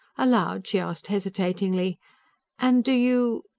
aloud, she asked hesitatingly and do you.